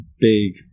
big